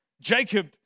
Jacob